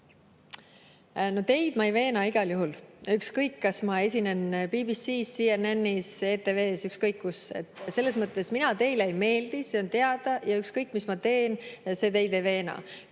Teid ma ei veena igal juhul. Ükskõik, kas ma esinen BBC-s, CNN-is, ETV-s või kuskil [mujal]. Selles mõttes, et mina teile ei meeldi, see on teada, ja ükskõik, mis ma teen, teid see ei veena.